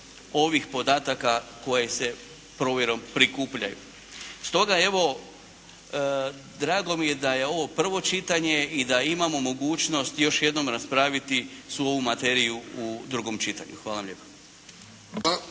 ovih podataka koji se provjerom prikupljaju. Stoga evo, drago mi je da je ovo prvo čitanje i da imamo mogućnost još jednom raspraviti svu ovu materiju u drugom čitanju. Hvala vam lijepa.